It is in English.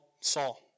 Saul